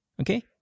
Okay